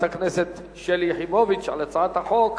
הכנסת שלי יחימוביץ על הצעת החוק.